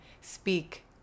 speak